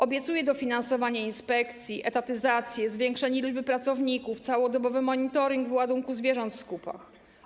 Obiecuje dofinansowanie inspekcji, etatyzację, zwiększenie liczby pracowników, całodobowy monitoring wyładunku zwierząt w skupach.